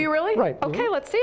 you really right ok let's see